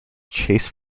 chase